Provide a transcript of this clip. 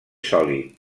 sòlid